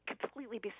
completely